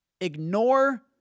Ignore